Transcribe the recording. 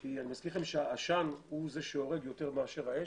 אני מזכיר לכם שהעשן הוא זה שהורג יותר מאשר האש.